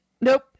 nope